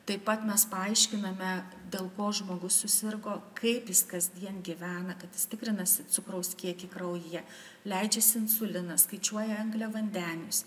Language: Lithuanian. taip pat mes paaiškiname dėl ko žmogus susirgo kaip jis kasdien gyvena kad jis tikrinasi cukraus kiekį kraujyje leidžiasi insuliną skaičiuoja angliavandenius